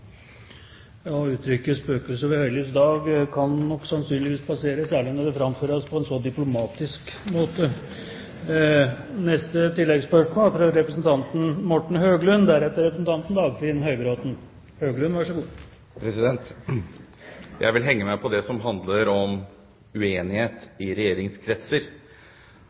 Uttrykket «spøkelser ved høylys» dag kan nok sannsynligvis passere, særlig når det framføres på en så diplomatisk måte. Morten Høglund – til oppfølgingsspørsmål. Jeg vil henge meg på det som handler om uenighet i regjeringskretser.